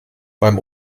beim